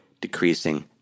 decreasing